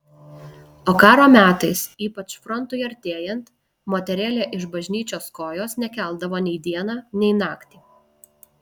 o karo metais ypač frontui artėjant moterėlė iš bažnyčios kojos nekeldavo nei dieną nei naktį